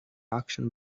auction